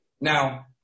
Now